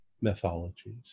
mythologies